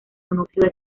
monóxido